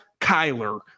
Kyler